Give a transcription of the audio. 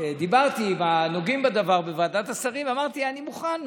דיברתי עם הנוגעים בדבר בוועדת השרים ואמרתי: אני מוכן.